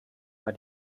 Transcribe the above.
war